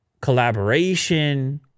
collaboration